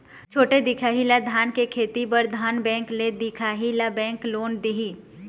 छोटे दिखाही ला धान के खेती बर धन बैंक ले दिखाही ला बैंक लोन दिही?